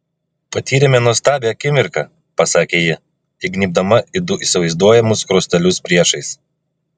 patyrėme nuostabią akimirką pasakė ji įgnybdama į du įsivaizduojamus skruostelius priešais